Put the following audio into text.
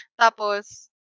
tapos